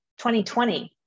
2020